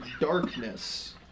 darkness